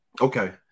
okay